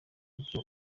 ibyo